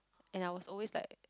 and I was always like